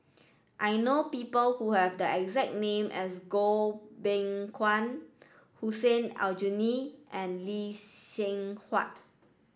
I know people who have the exact name as Goh Beng Kwan Hussein Aljunied and Lee Seng Huat